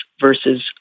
versus